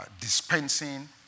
dispensing